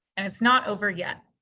and it's not over yet.